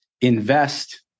invest